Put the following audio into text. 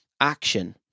action